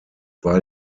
war